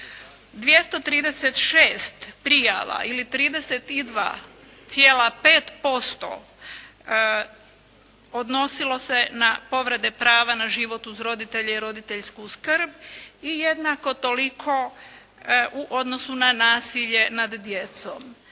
236 prijava ili 32,5% odnosilo se na povrede prava na život uz roditelje i roditeljsku skrb, i jednako toliko u odnosu na nasilje nad djecom.